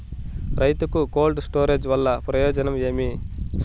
రైతుకు cold storage వల్ల ప్రయోజనం ఏమి?